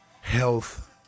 health